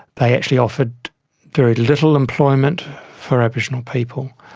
they actually offered very little employment for aboriginal people.